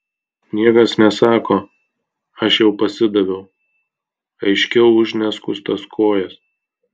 niekas nesako aš jau pasidaviau aiškiau už neskustas kojas